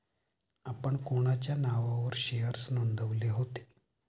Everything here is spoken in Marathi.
आपण कोणाच्या नावावर शेअर्स नोंदविले होते?